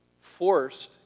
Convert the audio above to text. forced